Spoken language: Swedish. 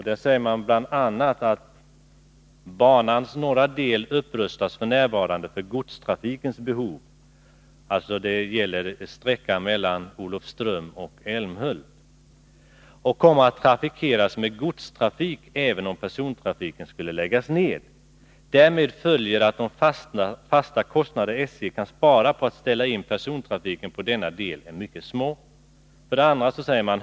I utredningen sägs bl.a.: ”Banans norra del upprustas f. n. för godstrafikens behov” — det gäller sträckan Olofström-Älmhult — ”och kommer att trafikeras med godstrafik även om persontrafiken skulle läggas ned. Därmed följer att de fasta kostnader SJ kan spara på att ställa in persontrafiken på denna del är mycket små.